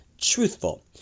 truthful